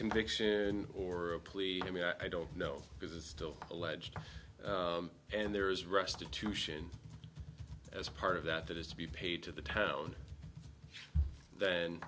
conviction or a plea i mean i don't know because it's still alleged and there is restitution as part of that that has to be paid to the town th